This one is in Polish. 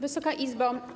Wysoka Izbo!